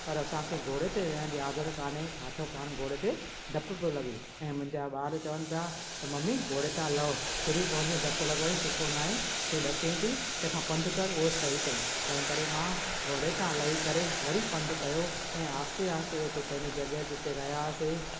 पर असांखे घोड़े ते रहण जी आदत कान्हे छा त पाण घोड़े ते ॾपु पियो लॻे ऐं मुंहिंजा ॿार चवन पिया त ममी घोड़े तां लहो किरी पवंदीअ धकु लॻे त सुठो न आहे तूं ॾकी थी तंहिंखां पंधु कर उहो सही अथई तंहिं करे मां घोड़े तां लही करे वरी पंधु कयो ऐं आहिस्ते आहिस्ते हुते हुते पंहिंजे जॻहि जिते रहियासीं